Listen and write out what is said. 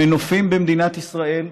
המנופים במדינת ישראל,